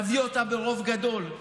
נביא אותה ברוב גדול.